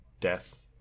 death